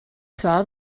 saw